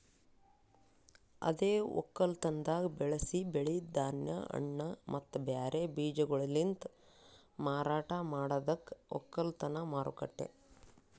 ಅದೇ ಒಕ್ಕಲತನದಾಗ್ ಬೆಳಸಿ ಬೆಳಿ, ಧಾನ್ಯ, ಹಣ್ಣ ಮತ್ತ ಬ್ಯಾರೆ ಬೀಜಗೊಳಲಿಂತ್ ಮಾರಾಟ ಮಾಡದಕ್ ಒಕ್ಕಲತನ ಮಾರುಕಟ್ಟೆ